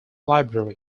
library